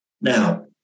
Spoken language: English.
Now